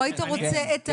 כן.